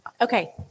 Okay